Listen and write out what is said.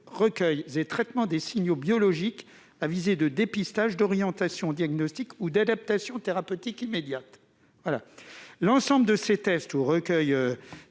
recueils et traitements de signaux biologiques à visée de dépistage, d'orientation diagnostique ou d'adaptation thérapeutique immédiate. Ces différents tests, recueils